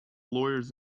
lawyers